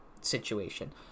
situation